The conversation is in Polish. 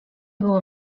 było